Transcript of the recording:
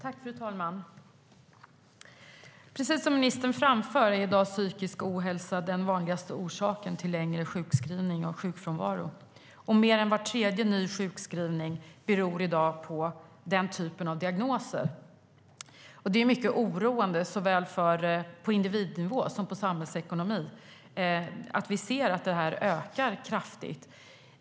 Fru talman! Precis som ministern framför är i dag psykisk ohälsa den vanligaste orsaken till längre sjukskrivning och sjukfrånvaro. Mer än var tredje ny sjukskrivning beror i dag på den typen av diagnoser. Det är mycket oroande såväl på individnivå som för samhällsekonomin att detta ökar kraftigt.